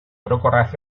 orokorraz